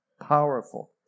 Powerful